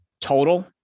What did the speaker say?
total